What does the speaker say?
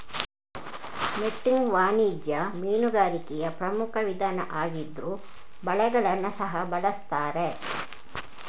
netting ವಾಣಿಜ್ಯ ಮೀನುಗಾರಿಕೆಯ ಪ್ರಮುಖ ವಿಧಾನ ಆಗಿದ್ರೂ ಬಲೆಗಳನ್ನ ಸಹ ಬಳಸ್ತಾರೆ